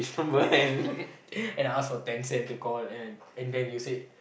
and I ask for ten cents to call and and then you said